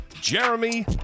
Jeremy